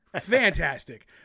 fantastic